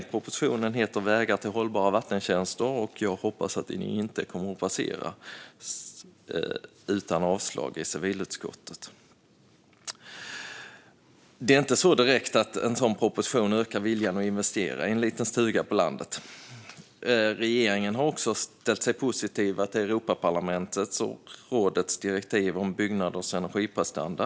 Propositionen heter Vägar till hållbara vattentjänste r, och jag hoppas att den inte kommer att passera civilutskottet utan avstyrkan. Det är inte direkt så att en sådan proposition ökar viljan att investera i en liten stuga på landet. Regeringen har också ställt sig positiv till Europaparlamentets och rådets direktiv om byggnaders energiprestanda.